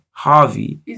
Harvey